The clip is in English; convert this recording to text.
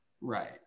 right